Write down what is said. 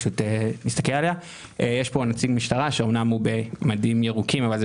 נציג המשטרה שאמנם הוא במדים ירוקים אבל הוא זה